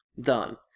Done